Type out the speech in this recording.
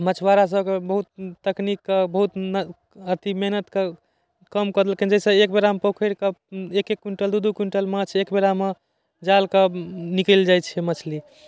मछुआरा सबके बहुत तकनीकके बहुत अथी मेहनत कऽ कम कऽ देलखिन जैसऽ एक बेरामे पोखरिके एकैक क्विंटल दू दू क्विंटल माँछ एक बेरामे जालके निकलि जाइ छै मछली